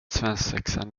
svensexan